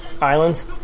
Islands